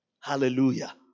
Hallelujah